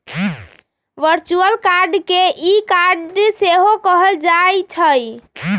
virtual card के E card सेहो कहल जाइ छइ